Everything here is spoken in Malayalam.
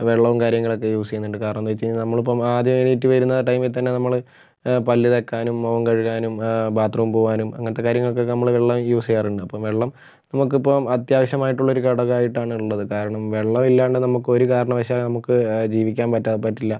വെള്ളവും കാര്യങ്ങളൊക്കെ യൂസ് ചെയ്യുന്നുണ്ട് കാരണം എന്ന് വെച്ചുകഴിഞ്ഞാൽ നമ്മളിപ്പോൾ ആദ്യം എണീറ്റ് വരുന്ന ടൈമിൽ തന്നെ നമ്മൾ പല്ല് തേക്കാനും മുഖം കഴുകാനും ബാത് റൂം പോകാനും അങ്ങനത്തെ കാര്യങ്ങൾക്കൊക്കെ നമ്മൾ വെള്ളം യൂസ് ചെയ്യാറുണ്ട് അപ്പം വെള്ളം നമുക്കിപ്പോൾ അത്യാവശ്യമായിട്ടുള്ള ഒരു ഘടകമായിട്ടാണ് ഉള്ളത് കാരണം വെള്ളമല്ലാണ്ട് നമുക്ക് ഒരു കാരണവശാലും നമുക്ക് ജീവിക്കാൻ പറ്റാത്ത പറ്റില്ല